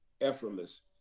effortless